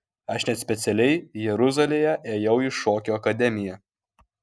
aš net specialiai jeruzalėje ėjau į šokių akademiją